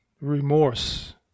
remorse